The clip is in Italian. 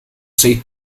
sei